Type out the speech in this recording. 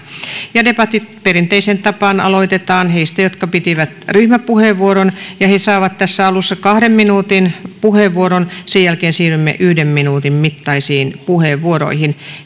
ja debatit perinteiseen tapaan aloitetaan heistä jotka pitivät ryhmäpuheenvuoron he saavat tässä alussa kahden minuutin puheenvuoron sen jälkeen siirrymme yhden minuutin mittaisiin puheenvuoroihin